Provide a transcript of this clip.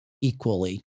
equally